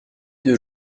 deux